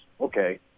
okay